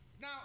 Now